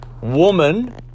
woman